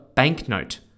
Banknote